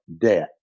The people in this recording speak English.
debt